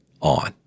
on